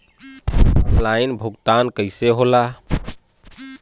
Online भुगतान कईसे होला?